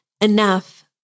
enough